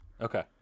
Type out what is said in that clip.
Okay